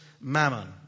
mammon